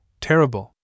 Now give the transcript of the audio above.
terrible